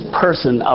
person